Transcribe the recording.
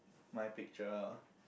my picture